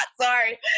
Sorry